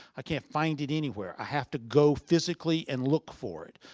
i can't find it anywhere. i have to go physically and look for it.